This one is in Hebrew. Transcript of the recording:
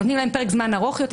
נותנים להן פרק זמן ארוך יותר,